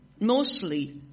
Mostly